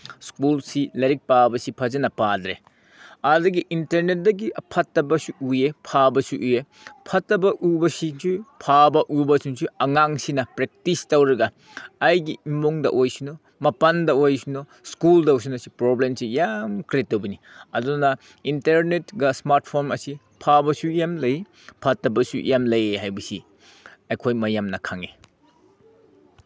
ꯁ꯭ꯀꯨꯜꯁꯤ ꯂꯥꯏꯔꯤꯛ ꯄꯥꯕꯁꯤ ꯐꯖꯅ ꯄꯥꯗ꯭ꯔꯦ ꯑꯗꯒꯤ ꯏꯟꯇꯔꯅꯦꯠꯇꯒꯤ ꯐꯠꯇꯕꯁꯨ ꯎꯏꯌꯦ ꯐꯕꯁꯨ ꯎꯏꯌꯦ ꯐꯠꯇꯕ ꯎꯕꯁꯤꯁꯨ ꯐꯕ ꯎꯕꯁꯤꯡꯁꯨ ꯑꯉꯥꯡꯁꯤꯅ ꯄ꯭ꯔꯦꯛꯇꯤꯁ ꯇꯧꯔꯒ ꯑꯩꯒꯤ ꯏꯃꯨꯡꯗ ꯑꯣꯏꯁꯅꯨ ꯃꯄꯥꯟꯗ ꯑꯣꯏꯁꯅꯨ ꯁ꯭ꯀꯨꯜꯗ ꯑꯣꯏꯁꯅꯨ ꯁꯤ ꯄ꯭ꯔꯣꯕ꯭ꯂꯦꯝꯁꯤ ꯌꯥꯝ ꯀ꯭ꯔꯤꯌꯦꯠ ꯇꯧꯕꯅꯤ ꯑꯗꯨꯅ ꯏꯟꯇꯔꯅꯦꯠꯒ ꯏꯁꯃꯥꯔꯠ ꯐꯣꯟꯒ ꯑꯁꯤ ꯐꯕꯁꯨ ꯌꯥꯝ ꯂꯩ ꯐꯠꯇꯕꯁꯨ ꯌꯥꯝ ꯂꯩꯌꯦ ꯍꯥꯏꯕꯁꯤ ꯑꯩꯈꯣꯏ ꯃꯌꯥꯝꯅ ꯈꯪꯉꯤ